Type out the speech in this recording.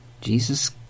Jesus